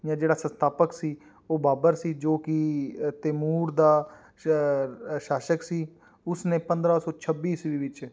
ਜਾਂ ਜਿਹੜਾ ਸੰਸਥਾਪਕ ਸੀ ਉਹ ਬਾਬਰ ਸੀ ਜੋ ਕਿ ਅਤੇ ਮੂਡ ਦਾ ਸ਼ ਸ਼ਾਸਕ ਸੀ ਉਸਨੇ ਪੰਦਰ੍ਹਾਂ ਸੌ ਛੱਬੀ ਈਸਵੀ ਵਿੱਚ